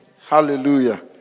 Hallelujah